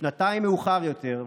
שנתיים מאוחר יותר,